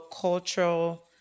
cultural